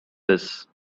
this